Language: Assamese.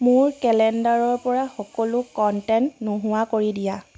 মোৰ কেলেণ্ডাৰৰ পৰা সকলো কণ্টেণ্ট নোহোৱা কৰি দিয়া